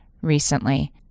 recently